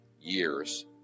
years